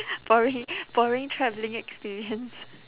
boring boring travelling experience